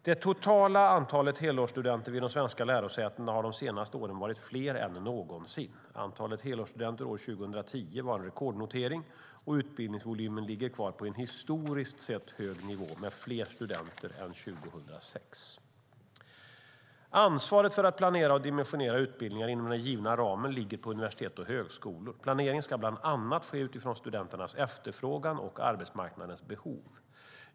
Det totala antalet helårsstudenter vid de svenska lärosätena har de senaste åren varit större än någonsin. Antalet helårsstudenter år 2010 var en rekordnotering, och utbildningsvolymen ligger kvar på en historiskt sett hög nivå med fler studenter än 2006. Ansvaret för att planera och dimensionera utbildningar inom den givna ramen ligger på universitet och högskolor. Planeringen ska bland annat ske utifrån studenternas efterfrågan och arbetsmarknadens behov.